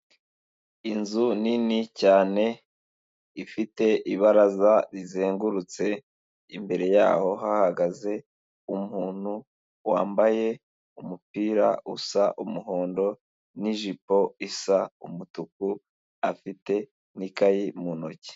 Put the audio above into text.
Inzu nini cyane, ifite ibaraza rizengurutse, imbere yaho hahagaze umuntu wambaye umupira usa umuhondo n'ijipo isa umutuku afite n'ikayi mu ntoki.